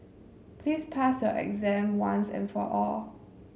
please pass your exam once and for all